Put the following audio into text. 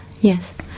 yes